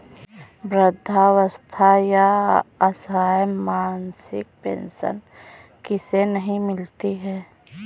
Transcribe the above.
वृद्धावस्था या असहाय मासिक पेंशन किसे नहीं मिलती है?